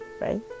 right